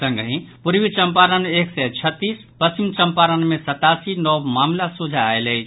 संगहि पूर्वी चम्पारण मे एक सय छत्तीस पश्चिम चम्पारण मे सतासी नव मामिला सोझा आयल अछि